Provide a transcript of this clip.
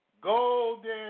Golden